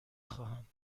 خواهم